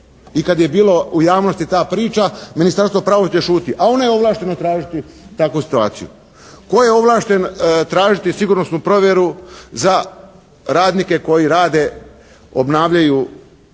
I kad je bilo u javnosti ta priča Ministarstvo pravosuđa šuti, a ono je ovlašteno tražiti takvu situaciju. Tko je ovlašten tražiti sigurnosnu provjeru za radnike koji rade, obnavljaju